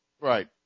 Right